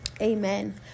Amen